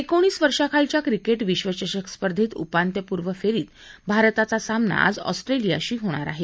एकोणीस वर्षाखालच्या क्रिकेट विश्वचषक स्पर्धेत उपांत्यपूर्व फेरीत भारताचा सामना आज ऑस्ट्रेलियाशी होणार आहे